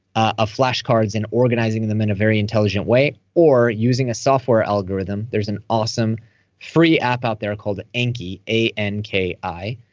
a flashcards and organizing them in a very intelligent way or using a software algorithm. there's an awesome free app out there called anki, a n k i,